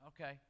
Okay